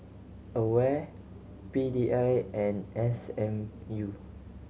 AWARE P D I and S M U